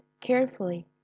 carefully